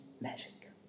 magic